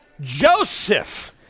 Joseph